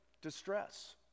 distress